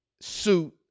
suit